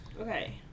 Okay